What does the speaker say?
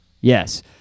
Yes